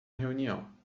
reunião